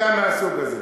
אתה מהסוג הזה,